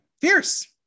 Fierce